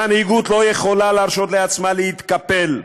מנהיגות לא יכולה להרשות לעצמה להתקפל,